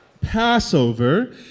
Passover